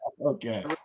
Okay